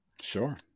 Sure